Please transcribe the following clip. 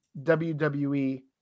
WWE